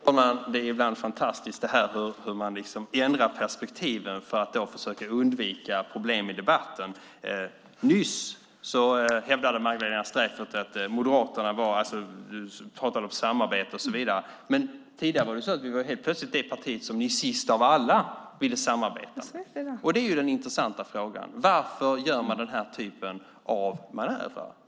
Herr talman! Det är ibland fantastiskt hur man ändrar perspektiven för att försöka undvika problem i debatten. Nyss pratade Magdalena Streijffert om samarbete och så vidare. Men tidigare var Moderaterna det parti som Socialdemokraterna sist av alla ville samarbeta med. Det är den intressanta frågan: Varför gör man den typen av manöver?